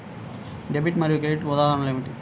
Debit మరియు credit ఉదాహరణలు ఏమిటీ?